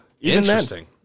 Interesting